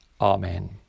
Amen